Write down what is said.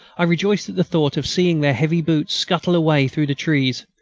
i rejoiced at the thought of seeing their heavy boots scuttle away through the trees.